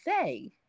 say